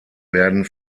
werden